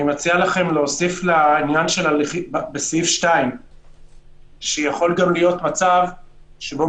אני מציע לכם להוסיף בסעיף 2 שיכול גם להיות מצב שבו